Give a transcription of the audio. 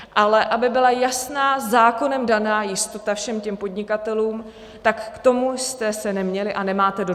Ale aby byla jasná, zákonem daná jistota všem podnikatelům, tak k tomu jste se neměli a nemáte dodnes.